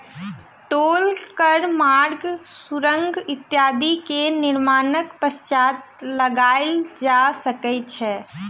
टोल कर मार्ग, सुरंग इत्यादि के निर्माणक पश्चात लगायल जा सकै छै